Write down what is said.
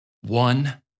one